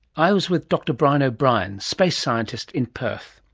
i was with dr brian o'brien, space scientist, in perth